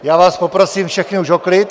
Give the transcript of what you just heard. Já vás poprosím všechny už o klid.